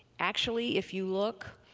actually if you look,